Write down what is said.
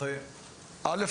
קודם כל,